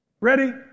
Ready